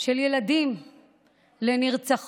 של ילדים לנרצחות